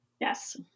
Yes